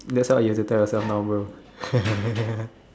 that's what you have to tell yourself now bro